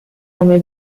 come